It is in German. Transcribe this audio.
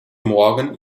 morgen